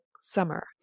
summer